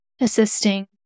assisting